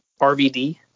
RVD